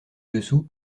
dessous